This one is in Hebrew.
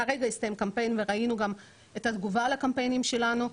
הרגע הסתיים קמפיין וראינו גם את התגובה על הקמפיינים שלנו.